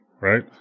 right